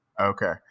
Okay